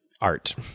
art